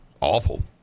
awful